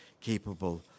capable